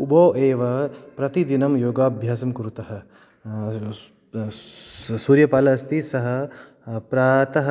उभौ एव प्रतिदिनं योगाभ्यासं कुरुतः सूर्यपालः अस्ति सः प्रातः